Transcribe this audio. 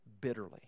bitterly